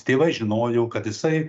tėvai žinojo kad jisai